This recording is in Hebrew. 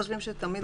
חבילה.